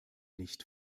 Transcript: nicht